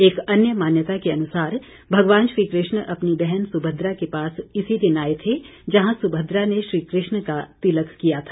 एक अन्य मान्यता के अनुसार भगवान श्री कृष्ण अपनी बहन सुभद्रा के पास इसी दिन आए थे जहां सुभद्रा ने श्री कृष्ण का तिलक किया था